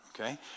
Okay